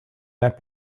that